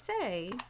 say